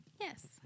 yes